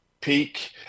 peak